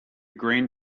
green